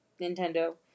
Nintendo